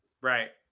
Right